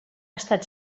estat